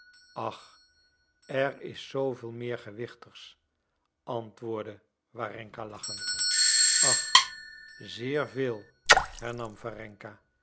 ach er is zooveel meer gewichtigs antwoordde warenka lachend ach zeer veel hernam